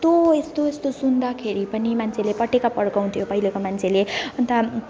यस्तो यस्तो यस्तो सुन्दाखेरि पनि मान्छेले पटेका पड्काउँथे पहिलाका मान्छेले अन्त